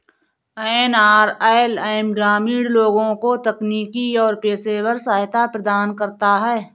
NRLM ग्रामीण लोगों को तकनीकी और पेशेवर सहायता प्रदान करता है